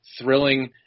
thrilling